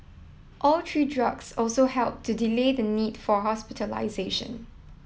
all three drugs also helped to delay the need for hospitalisation